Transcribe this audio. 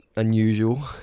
Unusual